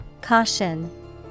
Caution